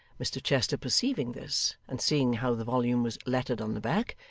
mr chester perceiving this, and seeing how the volume was lettered on the back,